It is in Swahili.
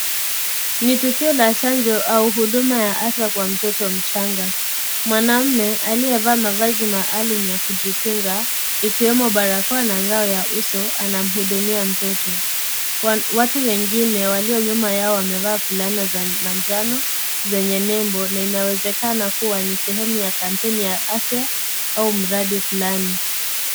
Ni tukio la chanjo au huduma ya afya kwa mtoto mchanga. Mwanamume, aliyevaa mavazi maalum ya kujikinga, ikiwemo barakoa na ngao ya uso, anamhudumia mtoto. Watu wengine walio nyuma yao wamevaa fulana za manjano zenye nembo, na inawezekana kuwa ni sehemu ya kampeni ya afya, au mradi fulani.